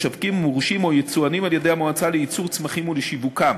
המשווקים המורשים או היצואנים על-ידי המועצה לייצור צמחים ולשיווקם.